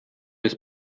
des